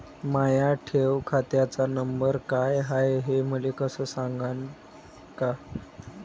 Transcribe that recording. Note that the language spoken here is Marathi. माया ठेव खात्याचा नंबर काय हाय हे मले सांगान का?